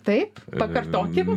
tai pakartokim